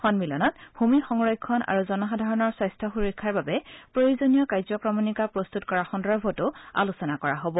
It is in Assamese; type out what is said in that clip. সন্মিলনত ভূমি সংৰক্ষণ আৰু জনসাধাৰণৰ স্বাস্থ্য সূৰক্ষাৰ বাবে প্ৰয়োজনীয় কাৰ্যক্ৰমণিকা প্ৰস্তুত কৰাৰ সন্দৰ্ভতো আলোচনা কৰা হ'ব